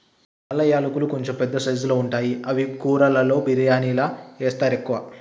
నల్ల యాలకులు కొంచెం పెద్ద సైజుల్లో ఉంటాయి అవి కూరలలో బిర్యానిలా వేస్తరు ఎక్కువ